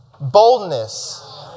boldness